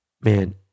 Man